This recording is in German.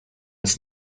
ist